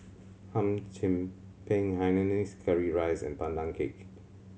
Hum Chim Peng hainanese curry rice and Pandan Cake